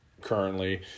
currently